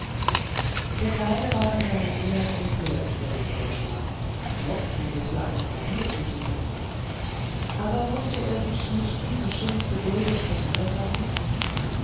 der kleine war in seinem innern empört über den vorschlag als lockvogel für einen barbier zu dienen aber mußte er sich nicht diesen schimpf geduldig gefallen lassen